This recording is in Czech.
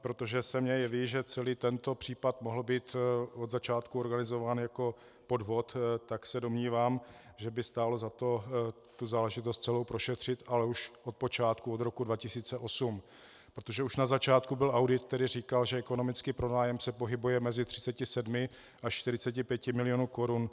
Protože se mi jeví, že celý tento případ mohl být od začátku organizován jako podvod, tak se domnívám, že by stálo za to tu záležitost celou prošetřit, ale už od počátku, od roku 2008, protože už na začátku byl audit, který říkal, že ekonomický pronájem se pohybuje mezi 37 až 45 miliony korun.